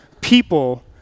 people